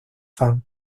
fans